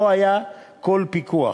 לא היה כל פיקוח.